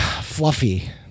fluffy